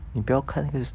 你不要看 first